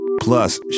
Plus